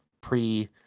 pre